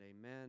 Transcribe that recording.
amen